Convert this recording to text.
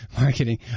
marketing